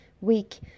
week